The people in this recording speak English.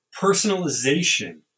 personalization